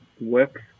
works